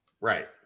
Right